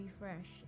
refresh